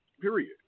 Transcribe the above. Period